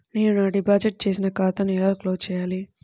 నేను నా డిపాజిట్ చేసిన ఖాతాను ఎలా క్లోజ్ చేయాలి?